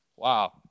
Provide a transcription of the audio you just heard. Wow